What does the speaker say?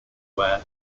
wear